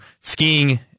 skiing